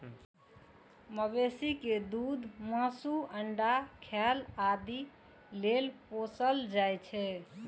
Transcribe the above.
मवेशी कें दूध, मासु, अंडा, खाल आदि लेल पोसल जाइ छै